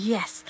Yes